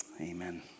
amen